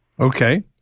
Okay